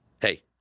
hey